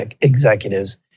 executives